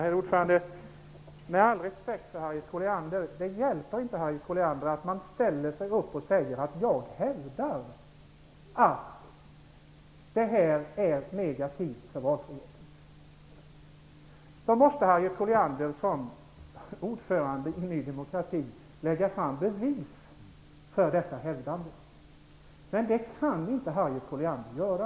Herr talman! Det hjälper inte, Harriet Colliander, att man ställer sig upp och säger: Jag hävdar att det här är negativt för valfriheten. Då måste Harriet Colliander som ordförande i Ny demokrati lägga fram bevis för detta. Men det kan inte Harriet Colliander göra.